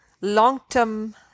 long-term